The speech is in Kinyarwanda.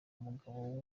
umugabo